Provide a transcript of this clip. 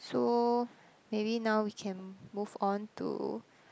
so maybe now we can move on to